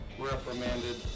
reprimanded